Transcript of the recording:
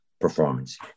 performance